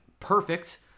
Perfect